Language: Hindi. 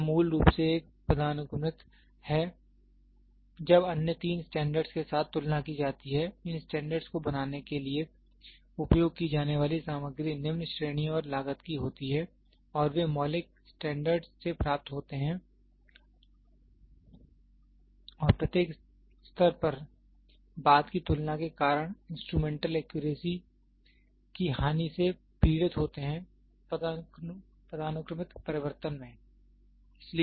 यह मूल रूप से एक पदानुक्रमित है जब अन्य तीन स्टैंडर्डस् के साथ तुलना की जाती है इन स्टैंडर्डस् को बनाने के लिए उपयोग की जाने वाली सामग्री निम्न श्रेणी और लागत की होती है और वे मौलिक स्टैंडर्डस् से प्राप्त होते हैं और प्रत्येक स्तर पर बाद की तुलना के कारण इंस्ट्रुमेंटल एक्यूरेसी की हानि से पीड़ित होते हैं पदानुक्रमित परिवर्तन में